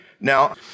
Now